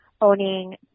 owning